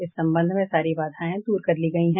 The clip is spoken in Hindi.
इस संबंध में सारी बाधाएं दूर कर ली गयी हैं